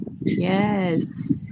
Yes